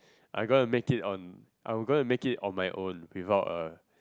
I'm gonna make it on I'm gonna make it on my own without a